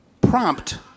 prompt